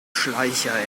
schleicher